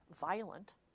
violent